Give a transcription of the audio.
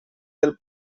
del